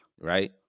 right